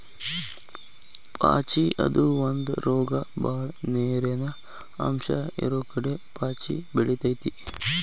ಪಾಚಿ ಅದು ಒಂದ ರೋಗ ಬಾಳ ನೇರಿನ ಅಂಶ ಇರುಕಡೆ ಪಾಚಿ ಬೆಳಿತೆತಿ